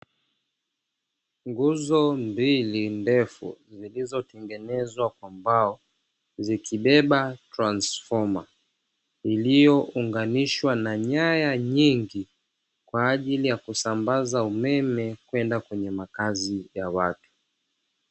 Nguzo mbili ndefu zilizotengenezwa kwa mbao, zikibeba transforma iliyounganishwa na nyaya nyingi kwa ajili ya kusambaza umeme kwenda kwenye makazi ya watu.